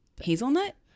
Hazelnut